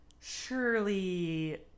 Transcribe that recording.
surely